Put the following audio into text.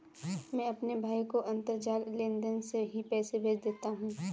मैं अपने भाई को अंतरजाल लेनदेन से ही पैसे भेज देता हूं